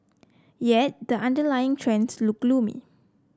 yet the underlying trends look gloomy